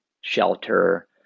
shelter